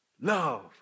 Love